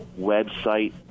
website